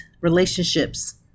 relationships